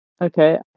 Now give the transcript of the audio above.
Okay